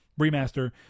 remaster